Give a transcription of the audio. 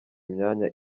imyanya